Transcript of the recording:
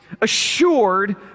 assured